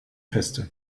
feste